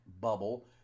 bubble